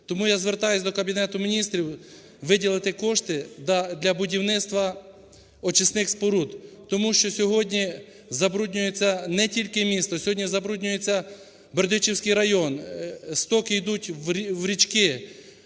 Тому я звертаюсь до Кабінету Міністрів виділити кошти для будівництва очисних споруд, тому що сьогодні забруднюється не тільки місто, сьогодні забруднюється Бердичівський район. Стоки йдуть в річки,